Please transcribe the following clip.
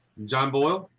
john boyle?